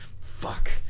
fuck